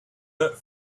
but